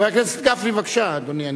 חבר הכנסת גפני, בבקשה, אדוני.